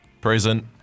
Present